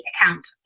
account